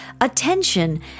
attention